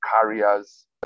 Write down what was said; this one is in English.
carriers